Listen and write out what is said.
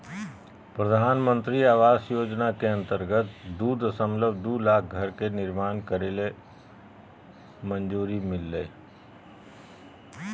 प्रधानमंत्री आवास योजना के अंतर्गत दू दशमलब दू लाख घर के निर्माण के मंजूरी मिललय